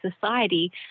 society